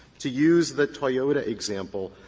to use the toyota example,